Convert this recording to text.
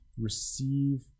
receive